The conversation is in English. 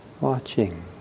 watching